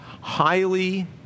highly